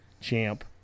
champ